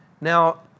Now